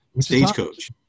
stagecoach